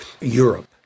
Europe